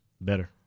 Better